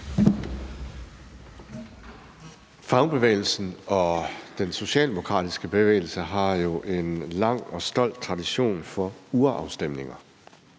Fagbevægelsen og den socialdemokratiske bevægelse har jo en lang og stolt tradition for urafstemninger.